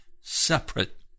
separate